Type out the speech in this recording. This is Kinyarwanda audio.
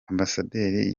ambasaderi